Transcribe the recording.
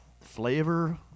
flavor